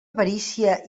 avarícia